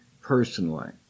personally